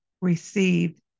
received